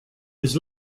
his